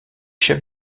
chef